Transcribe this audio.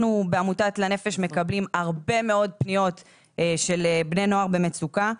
אנחנו בעמותת לנפ"ש מקבלים הרבה מאוד פניות של בני נוער במצוקה,